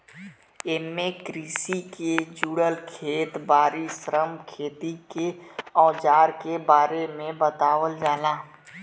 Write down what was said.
एमे कृषि के जुड़ल खेत बारी, श्रम, खेती के अवजार के बारे में बतावल जाला